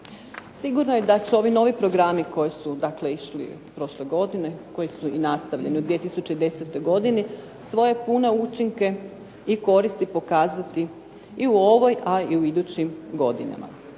Sigurno je da će ovi novi programi koji su išli prošle godine, koji su nastavljeni u 2010. svoje pune učinke a i koristi pokazati u ovoj a i u idućim godinama.